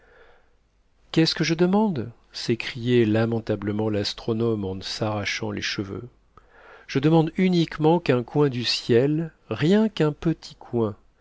qu'est-ce que je demande s'écriait lamentablement l'astronome en s'arrachant les cheveux je demande uniquement qu'un coin du ciel rien qu'un petit coin